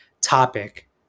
topic